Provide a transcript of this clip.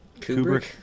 Kubrick